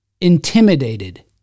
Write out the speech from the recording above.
intimidated